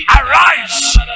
Arise